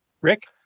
Rick